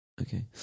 Okay